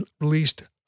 released